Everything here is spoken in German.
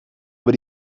über